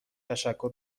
تشکر